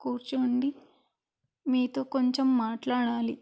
కూర్చోండి మీతో కొంచెం మాట్లాడాలి